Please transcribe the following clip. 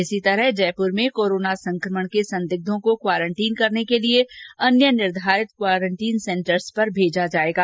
इसी तरह जयपुर में कोरोना संक्रमण के संदिग्धों को क्वांरटीन के लिए अन्य निर्धारित क्वारटाइन सेन्टरों पर भेजा जाएगा